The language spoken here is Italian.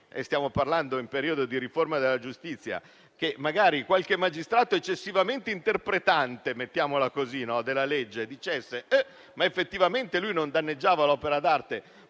- siamo tra l'altro in periodo di riforma della giustizia - che magari qualche magistrato eccessivamente interpretante della legge dicesse che effettivamente non si danneggiava l'opera d'arte,